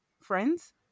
friends